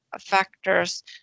factors